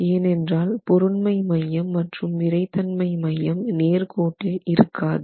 ஏனென்றால் பொருண்மை மையம் மற்றும் விறைத்தன்மை மையம் நேர் கோட்டில் இருக்காது